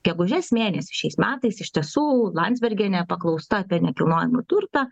gegužės mėnesį šiais metais iš tiesų landsbergienė paklausta apie nekilnojamą turtą